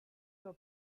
your